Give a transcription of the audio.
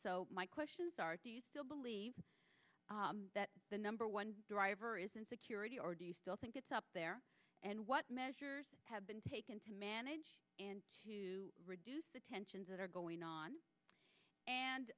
so my questions are do you still believe that the number one driver is insecurity or do you still think it's up there and what measures have been taken to manage and to reduce the tensions that are going on and